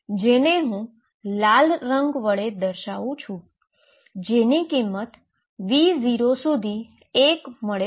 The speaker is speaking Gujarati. જેને હું લાલ રંગ વડે દર્શાવું છું જેની કિંમત V0 સુધી 1 મળે છે